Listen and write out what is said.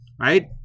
right